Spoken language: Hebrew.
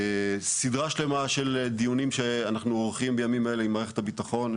סדרה שלמה של דיונים שאנחנו עורכים בימים אלה עם מערכת הביטחון,